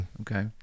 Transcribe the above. Okay